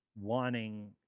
wanting